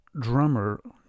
drummer